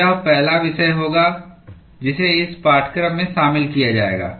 तो यह पहला विषय होगा जिसे इस पाठ्यक्रम में शामिल किया जाएगा